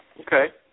Okay